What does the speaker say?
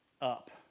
up